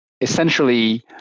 essentially